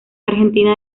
argentina